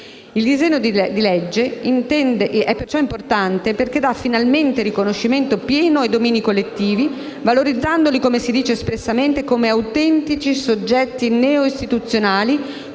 Il disegno di legge è perciò importante perché dà finalmente riconoscimento pieno ai domini collettivi, valorizzandoli, come si dice espressamente, come autentici «soggetti neoistituzionali»,